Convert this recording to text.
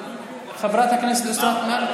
חברת הכנסת אוסנת מארק?